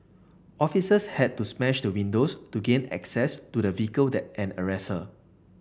officers had to smash the windows to gain access to the vehicle and arrest her